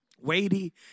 weighty